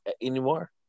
anymore